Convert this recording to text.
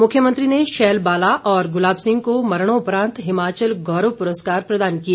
मुख्यमंत्री ने शैल बाला और गुलाब सिंह को मरणोपरांत हिमाचल गौरव पुरस्कार प्रदान किए